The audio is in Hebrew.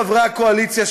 חברי הקואליציה,